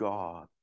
God